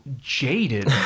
jaded